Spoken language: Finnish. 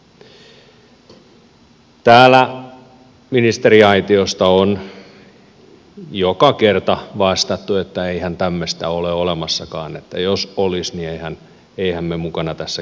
täällä on ministeriaitiosta joka kerta vastattu että eihän tämmöistä ole olemassakaan että jos olisi niin emmehän me mukana tässä keikassa olisi